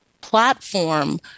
platform